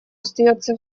остается